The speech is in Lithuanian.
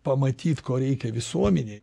pamatyt ko reikia visuomenei